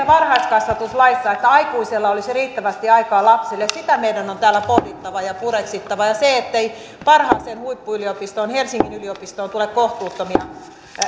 varhaiskasvatuslaissa sitä että aikuisella olisi riittävästi aikaa lapselle meidän on täällä pohdittava ja pureksittava ja sitä ettei parhaaseen huippuyliopistoon helsingin yliopistoon tule kohtuuttomia